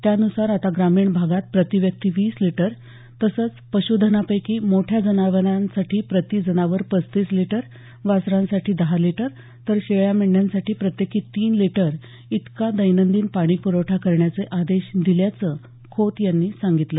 त्यानुसार आता ग्रामीण भागात प्रतिव्यक्ती वीस लिटरतसंच मोठ्या जनावरांसाठी प्रती जनावर पस्तीस लिटर वासरांसाठी दहा लिटर तर शेळ्या मेंढ्यांसाठी प्रत्येकी तीन लिटर इतका दैनंदिन पाणी प्रवठा करण्याचे आदेश दिल्याचं खोत यांनी सांगितलं